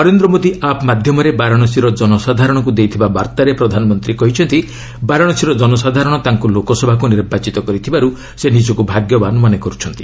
Narendra Modi app ମାଧ୍ୟମରେ ବାରାଣସୀର ଜନସାଧାରଣଙ୍କୁ ଦେଇଥିବା ବାର୍ଭାରେ ପ୍ରଧାନମନ୍ତ୍ରୀ କହିଛନ୍ତି ବାରାଣସୀର ଜନସାଧାରଣ ତାଙ୍କୁ ଲୋକସଭାକୁ ନିର୍ବାଚିତ କରିଥିବାରୁ ସେ ନିଜକୁ ଭାଗ୍ୟବାନ ମନେ କରୁଛନ୍ତି